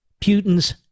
Putin's